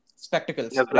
Spectacles